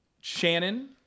Shannon